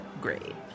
great